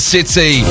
City